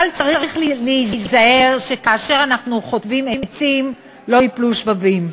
אבל צריך להיזהר שכאשר אנחנו חוטבים עצים לא ייפלו שבבים,